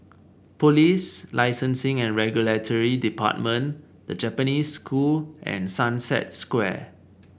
Police Licensing and Regulatory Department The Japanese School and Sunset Square